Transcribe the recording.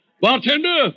Bartender